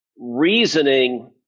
reasoning